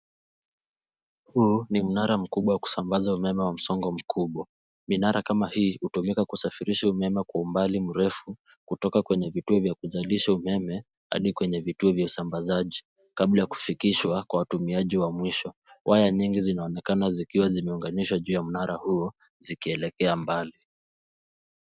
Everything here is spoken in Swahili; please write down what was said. Huu ni mnara mkubwa wa kusambaza umeme wa msongo mkubwa. Minara kama hii hutumika kusafirisha umeme kwa umbali mrefu, kutoka kwenye vituo vya kuzalisha umeme hadi kwenye vituo vya usambazaji kabla ya kufikishwa kwa watumiaji wa mwisho . Waya nyingi zinaonekana zikiwa zimeunganishwa juu ya mnara huo zikielekea mbali.